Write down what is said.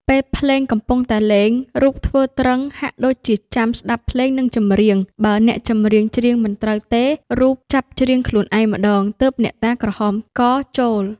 ពេលភ្លេងកំពុងតែលេង រូបធ្វើទ្រឹង ហាក់ដូចជាចាំស្តាប់ភ្លេង និងចម្រៀង បើអ្នកចម្រៀងច្រៀងមិនត្រូវទេ រូបចាប់ច្រៀងខ្លួនឯងម្តង ទើបអ្នកតាក្រហមកចូល ។